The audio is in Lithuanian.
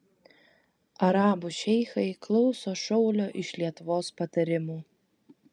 arabų šeichai klauso šaulio iš lietuvos patarimų